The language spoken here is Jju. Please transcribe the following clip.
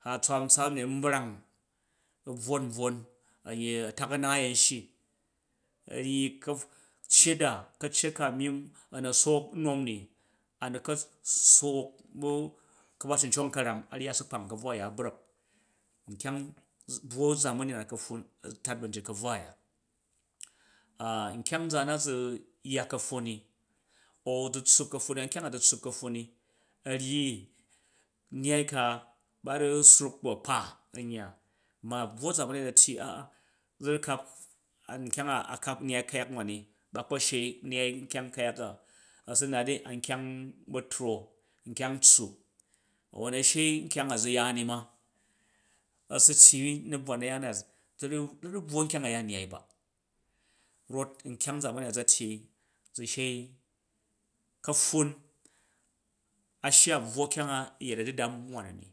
Hat tsaap ntswam ji n brang a bvwon bvwon a̱nyyi a̱tak a̱naai an shyi a ryyi ka̱ceceta, ka̱cecat ka a̱ nyimm a̱ na sook nnom ni a nu ka sook bu a ka̱bacin cong ka̱ram, a nyyi a su kpang ka̱ bvwa a̱ya u̱ brak, bvwo zamani na ka̱pffu a̱ tat ba̱njit ka̱bvwa a̱ya nkyang nzaan na za yya ka̱pffun ni au zu tssup ka̱pffun ni, nkyang a zu tsuup ka̱pffun ni a nyyi nnyai ka, ba ru sruk bu, a̱kpa am yya, ma bvwo zamani na tyyi a, a za kap nkyang a a kap nyai u̱ ku̱yak wan ni ba kpo shei nyai an kyang ku̱yaka a su nat i ankyang ba̱tro, nkyang tsuup a̱won a̱ shei nkyang a za ya ni ma cisu tyyi u na̱bvwa na̱yaan zu, ru, zura bvwo nkyang a̱ya nnyai ba, rot nkyang zamani na za tyyi zu shei, ka̱pffun a shya u bvwo kyang a yet a̱dudam wan nu ni,